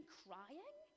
crying